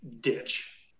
ditch